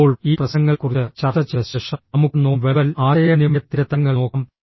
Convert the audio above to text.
ഇപ്പോൾ ഈ പ്രശ്നങ്ങളെക്കുറിച്ച് ചർച്ച ചെയ്ത ശേഷം നമുക്ക് നോൺ വെർബൽ ആശയവിനിമയത്തിന്റെ തരങ്ങൾ നോക്കാം